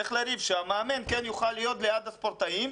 צריך לריב שהמאמן כן יוכל להיות ליד הספורטאים,